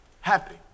happy